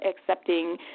accepting